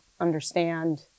understand